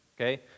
Okay